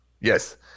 Yes